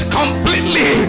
completely